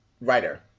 writer